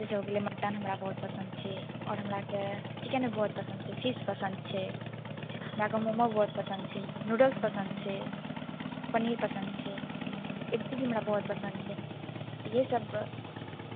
जइसे हो गेलै मटन हमरा बहुत पसन्द छै आओर हमराकेँ चिकेन भी बहुत पसन्द छै फिश पसन्द छै हमराकेँ मोमो बहुत पसन्द छै नुडल्स पसन्द छै पनीर पसन्द छै अत्ते चीज हमरा बहुत पसन्द छै ये सब